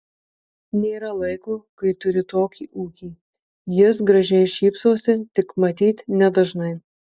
nėra laiko kai turi tokį ūkį jis gražiai šypsosi tik matyt nedažnai